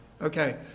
Okay